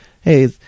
hey